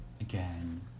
Again